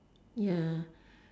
ya